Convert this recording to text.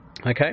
okay